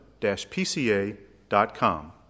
pca.com